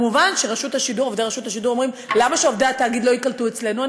מובן שעובדי רשות השידור אומרים: למה שעובדי התאגיד לא ייקלטו אצלנו?